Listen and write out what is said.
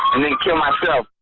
and then kill myself.